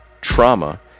trauma